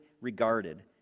regarded